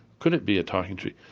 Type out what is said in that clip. could it be a talking tree?